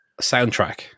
soundtrack